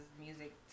music